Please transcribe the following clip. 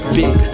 big